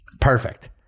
perfect